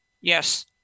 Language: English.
Yes